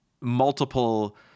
multiple